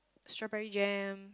strawberry jam